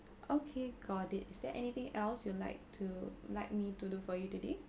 okay got it is there anything else you'd like to like me to do for you today